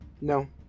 No